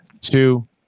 two